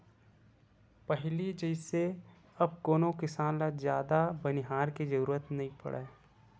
पहिली जइसे अब कोनो किसान ल जादा बनिहार के जरुरत नइ पड़य